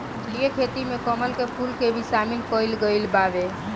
जलीय खेती में कमल के फूल के भी शामिल कईल गइल बावे